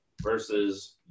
versus